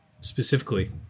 specifically